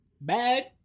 bad